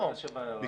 מה שווה ההערה הזאת?